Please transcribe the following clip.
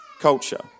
culture